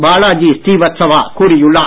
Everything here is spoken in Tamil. பாலாஜி ழீ வத்சவா கூறியுள்ளார்